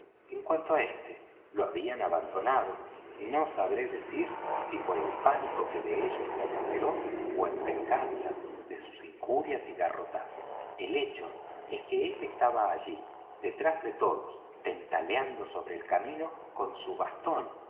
en cuanto á éste lo habían abandonado no sabré decir si por el pánico que de ellos se apoderó ó en venganza de sus injurias y garrotazos el hecho es que él estaba allí detrás de todos tentaleando sobre el camino con su bastón